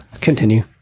Continue